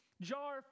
jar